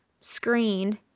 screened